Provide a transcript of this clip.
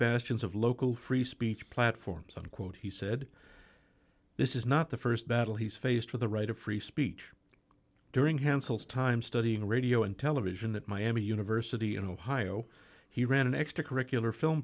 bastions of local free speech platforms unquote he said this is not the st battle he's faced with the right of free speech during hensel's time studying radio and television that miami university in ohio he ran an extra curricular film